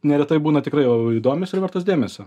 neretai būna tikrai įdomios ir vertos dėmesio